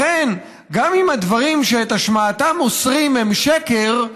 לכן, גם אם הדברים שאת השמעתם אוסרים הם שקר,